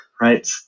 right